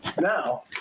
Now